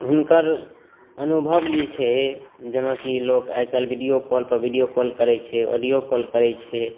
हुनकर अनुभव जे छै जेनाकि लोक आइकाल्हि वीडिओ कॉलपर वीडिओ कॉल करै छै ऑडियो कॉल करै छै